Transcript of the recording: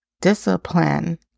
discipline